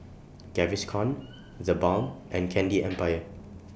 Gaviscon TheBalm and Candy Empire